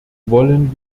wollen